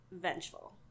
Vengeful